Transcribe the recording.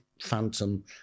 Phantom